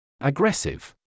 Aggressive